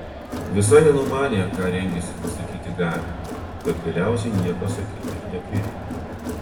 visai nenumanė ką rengiasi pasakyti gabiui bet galiausiai nieko sakyti ir neprireikė